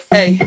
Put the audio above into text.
Hey